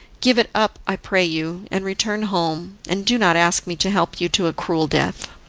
give it up, i pray you, and return home, and do not ask me to help you to a cruel death.